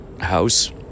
house